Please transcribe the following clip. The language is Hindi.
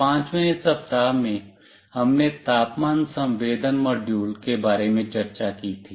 पांचवें सप्ताह में हमने तापमान संवेदन मॉड्यूल के बारे में चर्चा की थी